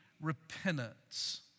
Repentance